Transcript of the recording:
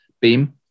beam